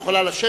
את יכולה לשבת.